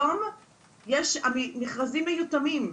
היום יש מכרזים מיותמים.